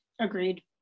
agreed